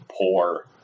poor